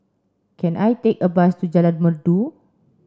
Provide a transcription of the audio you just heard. can I take a bus to Jalan Merdu